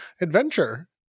adventure